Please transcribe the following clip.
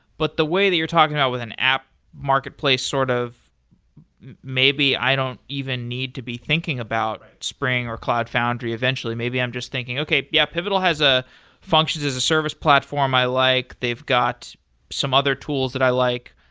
but the way they are talking out with an app marketplace, sort of maybe i don't even need to be thinking about spring or cloud foundry eventually. maybe i'm just thinking, okay. yeah, pivotal has a functions as a service platform. i like they've got some other tools that i like.